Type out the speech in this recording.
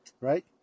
right